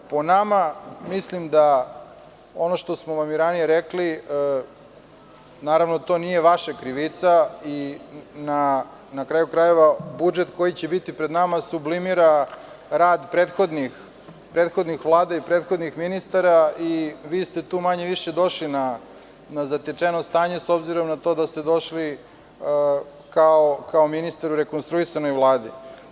Po nama, mislim da ono što smo vam i ranije rekli, naravno, to nije vaša krivica i, na kraju krajeva, budžet koji će biti pred nama sublimira rad prethodnih vlada i prethodnih ministara i vi ste tu manje-više došli na zatečeno stanje, s obzirom na to da ste došli kao ministar u rekonstruisanoj Vladi.